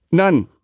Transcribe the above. none.